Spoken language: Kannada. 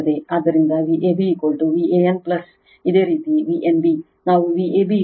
ಆದ್ದರಿಂದVab Van ಇದೇ ರೀತಿ V n b ನಾವು Vab Van V n b